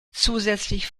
zusätzlich